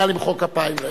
נא למחוא להם כפיים.